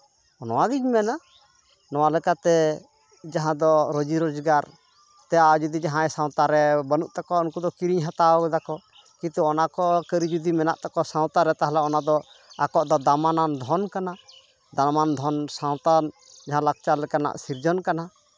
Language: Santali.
ᱱᱚᱣᱟᱜᱤᱧ ᱢᱮᱱᱟ ᱱᱚᱣᱟ ᱞᱮᱠᱟᱛᱮ ᱡᱟᱦᱟᱸ ᱫᱚ ᱨᱩᱡᱤ ᱨᱳᱡᱜᱟᱨ ᱛᱮ ᱟᱨ ᱡᱩᱫᱤ ᱡᱟᱦᱟᱸ ᱥᱟᱶᱛᱟ ᱨᱮ ᱵᱟᱹᱱᱩᱜ ᱛᱟᱠᱚᱣᱟ ᱩᱱᱠᱩ ᱫᱚ ᱠᱤᱨᱤᱧ ᱦᱟᱛᱟᱣ ᱫᱟᱠᱚ ᱠᱤᱱᱛᱩ ᱚᱱᱟ ᱠᱚ ᱠᱟᱹᱨᱤ ᱡᱩᱫᱤ ᱢᱮᱱᱟᱜ ᱛᱟᱠᱚᱣᱟ ᱥᱟᱶᱛᱟ ᱨᱮ ᱛᱟᱦᱞᱮ ᱚᱱᱟ ᱫᱚ ᱟᱠᱚᱣᱟᱜ ᱫᱚ ᱫᱟᱢᱟᱱᱟᱱ ᱫᱷᱚᱱ ᱠᱟᱱᱟ ᱫᱟᱢᱟᱱ ᱫᱷᱚᱱ ᱥᱟᱶᱛᱟ ᱡᱟᱦᱟᱸ ᱞᱟᱠᱪᱟᱨ ᱞᱮᱠᱟᱱᱟᱜ ᱥᱤᱨᱡᱚᱱ ᱠᱟᱱᱟ